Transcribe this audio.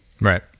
Right